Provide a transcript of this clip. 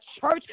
church